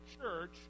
church